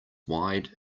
wide